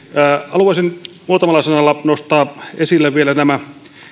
haluaisin muutamalla sanalla nostaa esille vielä